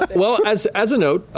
well, as as a note,